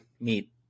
meet